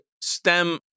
STEM